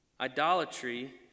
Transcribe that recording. Idolatry